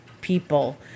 people